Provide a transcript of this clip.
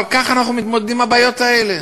אבל כך אנחנו מתמודדים עם הבעיות האלה.